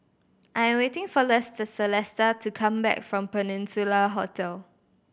I'm waiting for latest Celesta to come back from Peninsula Hotel